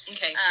Okay